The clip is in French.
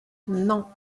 non